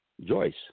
Joyce